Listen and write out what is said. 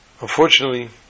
Unfortunately